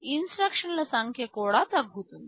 ఇన్స్ట్రక్షన్ల సంఖ్య కూడా తగ్గుతుంది